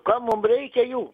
kam mum reikia jų